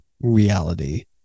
reality